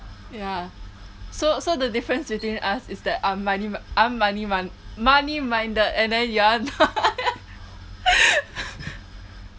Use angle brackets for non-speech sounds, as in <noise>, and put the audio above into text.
ya so so the difference between us is that I'm mone~ I'm money mind money minded and then you are not <laughs>